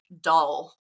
dull